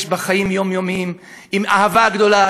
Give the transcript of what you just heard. יש בה חיים יומיומיים עם אהבה גדולה,